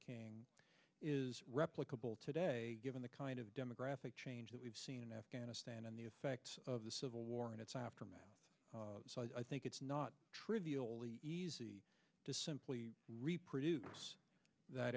king is replicable today given the kind of demographic change that we've seen in afghanistan and the effects of the civil war and its aftermath so i think it's not trivially easy to simply reproduce that